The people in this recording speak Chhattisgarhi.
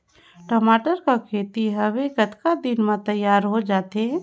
टमाटर कर खेती हवे कतका दिन म तियार हो जाथे?